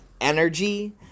energy